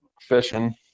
fishing